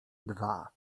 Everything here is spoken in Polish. dwa